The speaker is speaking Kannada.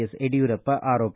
ಎಸ್ ಯಡಿಯೂರಪ್ಪ ಆರೋಪ